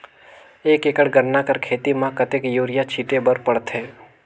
एक एकड़ गन्ना कर खेती म कतेक युरिया छिंटे बर पड़थे?